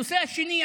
הנושא השני,